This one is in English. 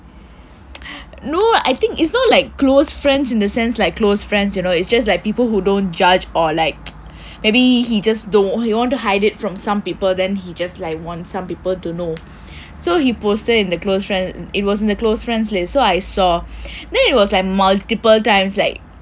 no I think it's not like close friends in the sense like close friends you know it's just like people who don't judge or like maybe he just don't he want to hide it from some people then he just like want some people to know so he posted in the close friend it was in the close friends list so I saw then it was like multiple times like